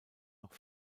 noch